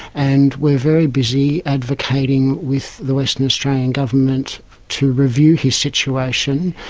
and we are very busy advocating with the western australian government to review his situation.